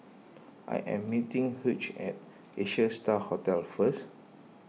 I am meeting Hughes at Asia Star Hotel first